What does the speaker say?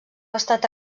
estat